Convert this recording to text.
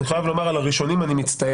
אני חייב לומר שעל הראשונים אני מצטער.